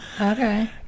Okay